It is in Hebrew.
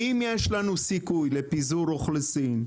אם יש לנו סיכוי לפיזור אוכלוסין,